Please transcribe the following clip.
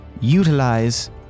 utilize